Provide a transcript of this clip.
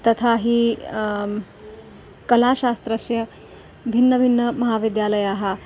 तथा हि कलाशास्त्रस्य भिन्नभिन्नमहाविद्यालयाः